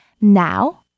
Now